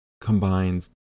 combines